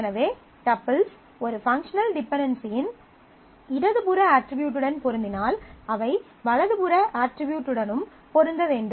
எனவே டப்பிள்ஸ் ஒரு பங்க்ஷனல் டிபென்டென்சியின் இடது புற அட்ரிபியூட்டுடன் பொருந்தினால் அவை வலது புற அட்ரிபியூடுடனும் பொருந்த வேண்டும்